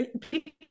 people